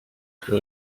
plus